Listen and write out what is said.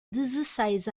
dezesseis